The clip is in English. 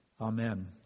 amen